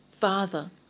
father